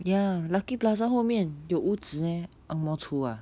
ya lucky plaza 后面有屋子 meh ang moh chu ah